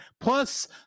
Plus